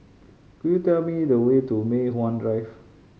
could you tell me the way to Mei Hwan Drive